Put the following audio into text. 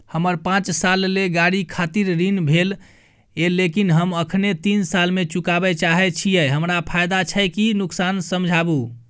हमर पाँच साल ले गाड़ी खातिर ऋण भेल ये लेकिन हम अखने तीन साल में चुकाबे चाहे छियै हमरा फायदा छै की नुकसान समझाबू?